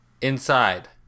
inside